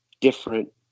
different